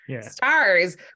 stars